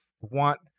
want